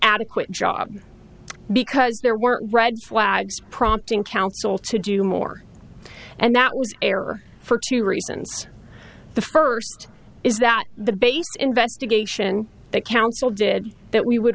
adequate job because there were red flags prompting council to do more and that was error for two reasons the first is that the base investigation that council did that we would